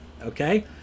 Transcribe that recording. okay